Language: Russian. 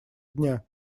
дня